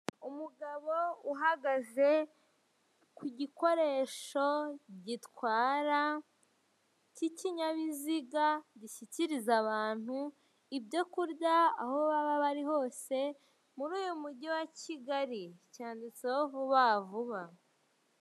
Umugabo uhagaze ku gikoresho gitwara, cy'ikinyabiziga gishyikiriza abantu ibyo kurya aho baba bari hose muri uyu mujyi wa kigali, cyanditseho vuba vuba.